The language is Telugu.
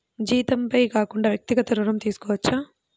జీతంపై కాకుండా వ్యక్తిగత ఋణం తీసుకోవచ్చా?